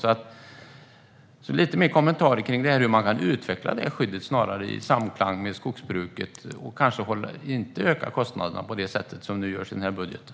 Jag skulle därför gärna höra lite mer kommentarer kring hur man kan utveckla skyddet i samklang med skogsbruket och inte öka kostnaderna på det sätt som görs i den här budgeten.